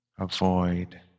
Avoid